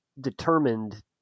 determined